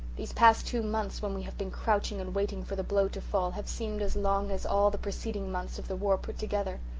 these past two months when we have been crouching and waiting for the blow to fall have seemed as long as all the preceding months of the war put together.